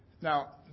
Now